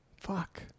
Fuck